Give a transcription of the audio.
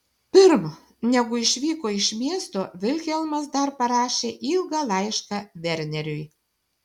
pirm negu išvyko iš miesto vilhelmas dar parašė ilgą laišką verneriui